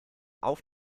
auf